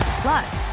Plus